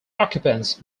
occupants